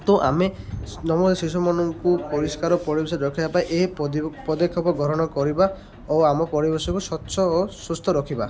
ତ ଆମେ ନବଜାତ ଶିଶୁମାନଙ୍କୁ ପରିଷ୍କାର ପରିବେଶ ରଖିବା ପାଇଁ ଏହି ପଦକ୍ଷେପ ଗ୍ରହଣ କରିବା ଓ ଆମ ପରିବେଶକୁ ସ୍ୱଚ୍ଛ ଓ ସୁସ୍ଥ ରଖିବା